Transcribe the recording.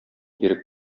ирек